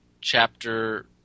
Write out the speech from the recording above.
chapter